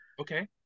Okay